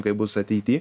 kaip bus ateity